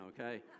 okay